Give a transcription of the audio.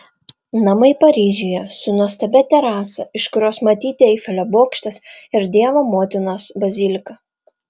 namai paryžiuje su nuostabia terasa iš kurios matyti eifelio bokštas ir dievo motinos bazilika